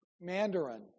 Mandarin